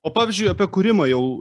o pavyzdžiui apie kūrimą jau